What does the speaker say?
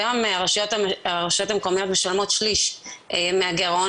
כיום הרשויות המקומיות משלמות שליש מהגירעון